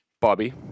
Bobby